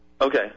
Okay